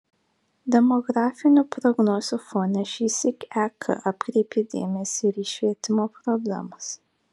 demografinių prognozių fone šįsyk ek atkreipė dėmesį ir į švietimo problemas